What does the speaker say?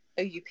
OUP